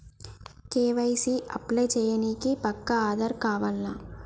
KYC apply చేయనీకి పక్కా ఆధార్ కావాల్నా?